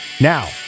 Now